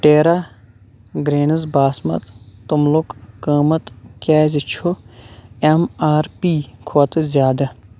Terra grains باسمت توٚملُک قۭمَت کیٛازِ چھُ ایم آر پی کھۄتہٕ زیادٕ